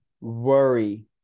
worry